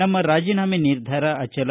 ನಮ್ಮ ರಾಜೀನಾಮೆ ನಿರ್ಧಾರ ಅಚಲ